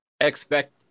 expect